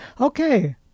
Okay